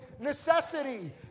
necessity